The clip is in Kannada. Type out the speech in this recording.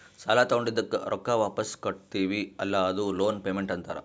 ಸಾಲಾ ತೊಂಡಿದ್ದುಕ್ ರೊಕ್ಕಾ ವಾಪಿಸ್ ಕಟ್ಟತಿವಿ ಅಲ್ಲಾ ಅದೂ ಲೋನ್ ಪೇಮೆಂಟ್ ಅಂತಾರ್